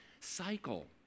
cycle